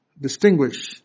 Distinguish